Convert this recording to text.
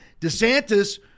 DeSantis